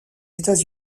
états